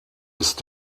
ist